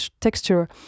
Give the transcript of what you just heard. texture